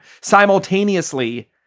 simultaneously